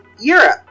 europe